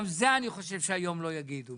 אני חושב שגם את זה כבר לא יגידו היום,